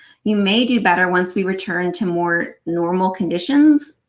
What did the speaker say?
you may do better once we return to more normal conditions,